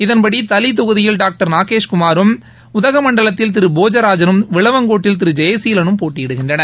இதன்படி தளி தொகுதியில் டாக்டர் நாகேஷ் குமாரும் உதகமண்டலத்தில் திரு போஜராஜனும் விளவங்கோட்டில் திரு ஜெயசீலனும் போட்டியிடுகின்றனர்